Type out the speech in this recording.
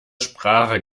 sprache